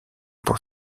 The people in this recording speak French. pour